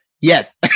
Yes